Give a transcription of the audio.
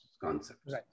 concepts